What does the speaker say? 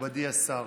מכובדי השר,